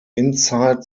inside